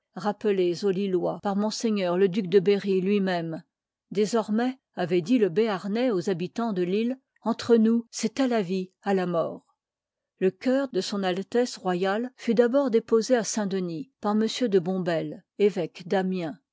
aux lillois par m le duc de oberry lui-même désormais avoit dit le béarnais aux habitans de lille entre nous c'est à la w à la mort le cœur de s a r fut d'abord déposé à saint-denis par m dep évêque d'amiens